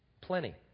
Plenty